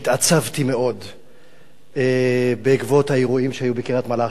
שהתעצבתי מאוד בעקבות האירועים שהיו בקריית-מלאכי,